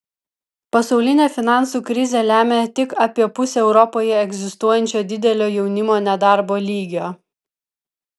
pasaulinė finansų krizė lemia tik apie pusę europoje egzistuojančio didelio jaunimo nedarbo lygio